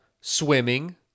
swimming